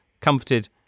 comforted